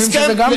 הסכם,